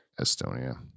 Estonia